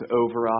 over